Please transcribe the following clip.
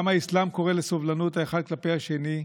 גם האסלאם קורא לסובלנות האחד כלפי השני,